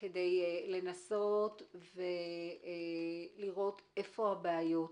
כדי לנסות ולראות, היכן הבעיות.